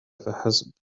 فحسب